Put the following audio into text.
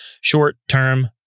short-term